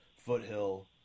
Foothill